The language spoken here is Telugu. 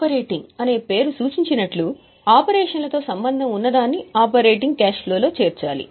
ఆపరేటింగ్ అనే పేరు సూచించినట్లు ఆపరేషన్లతో సంబంధం ఉన్నదాన్ని ఆపరేటింగ్ క్యాష్ ఫ్లో లో చేర్చాలి